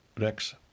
Rex